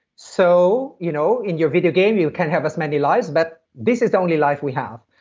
so you know in your video game you can have as many lives, but this is the only life we have.